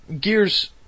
Gears